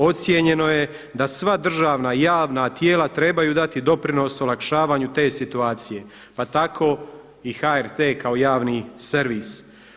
Ocijenjeno je da sva državna javna tijela trebaju dati doprinos olakšavanju te situacije, pa tako i HRT kao javni servis.